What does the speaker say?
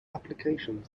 applications